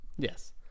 Yes